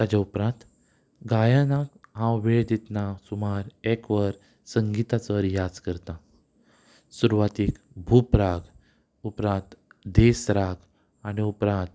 ताचे उपरांत गायनाक हांव वेळ दितना सुमार एक वर संगिताचो रियाज करतां सुरवातेक भुपराग उपरांत देसराग आनी उपरांत